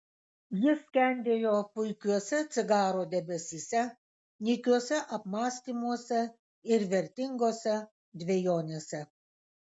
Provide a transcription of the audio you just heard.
jis skendėjo puikiuose cigaro debesyse nykiuose apmąstymuose ir vertingose dvejonėse